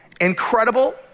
Incredible